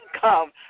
come